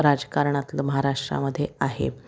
राजकारणातलं महाराष्ट्रामध्ये आहे